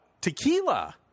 Tequila